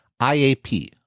IAP